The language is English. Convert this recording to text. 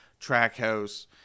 Trackhouse